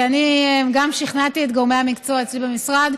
ואני גם שכנעתי את גורמי המקצוע אצלי במשרד,